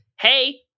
Hey